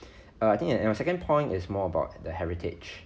err I think and your second point is more about the heritage